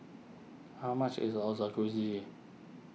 how much is